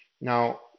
Now